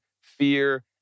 fear